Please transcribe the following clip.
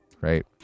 right